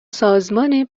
سازمان